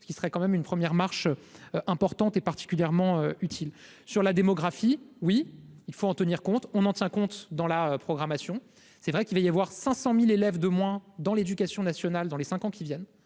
ce qui serait quand même une première marche importante et particulièrement utile sur la démographie, oui, il faut en tenir compte, on en tient compte, dans la programmation, c'est vrai qu'il va y avoir 500000 élèves de moins dans l'éducation nationale dans les 5 ans qui viennent,